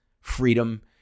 freedom